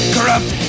Corrupt